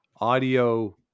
audio